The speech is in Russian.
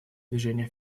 движения